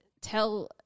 tell